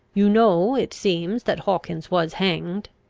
you know it seems, that hawkins was hanged.